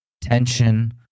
tension